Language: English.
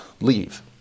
leave